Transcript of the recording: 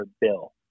bill